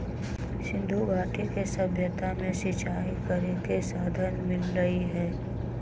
सिंधुघाटी के सभ्यता में सिंचाई करे के साधन मिललई ह